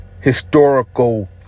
historical